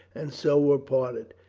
and so were parted.